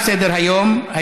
רבותיי, תם סדר-היום.